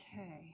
Okay